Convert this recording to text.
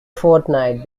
fortnight